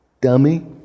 dummy